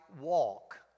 walk